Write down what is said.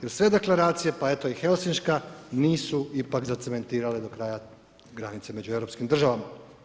I uz sve Deklaracije, pa i eto i Helsinška nisu ipak zacementirale do kraja granice među europskim državama.